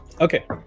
Okay